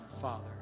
Father